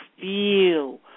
feel